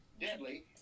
Deadly